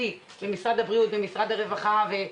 משרד הבריאות ומשרד הרווחה,